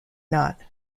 not